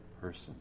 person